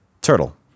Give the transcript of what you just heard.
turtle